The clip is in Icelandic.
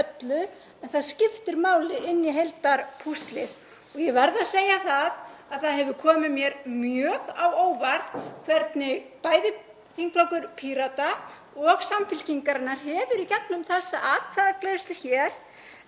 en það skiptir máli inn í heildarpúslið. Ég verð að segja að það hefur komið mér mjög á óvart hvernig bæði þingflokkur Pírata og Samfylkingarinnar hafa í gegnum þessa atkvæðagreiðslu hér